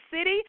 city